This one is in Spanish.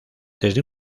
desde